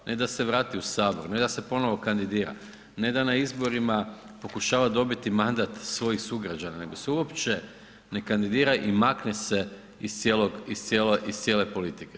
Ne da se vrati u Sabor, ne da se ponovno kandidira, ne da na izborima pokušava dobiti mandat svojih sugrađana, nego se uopće ne kandidira i makne se iz cijele politike.